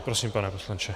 Prosím, pane poslanče.